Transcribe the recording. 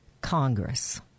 Congress